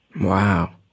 Wow